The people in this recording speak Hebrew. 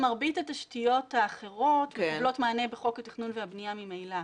מרבית התשתיות האחרות מקבלות מענה בחוק התכנון והבנייה ממילא.